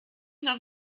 noch